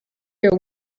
your